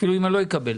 אם אני לא אקבל?